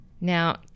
Now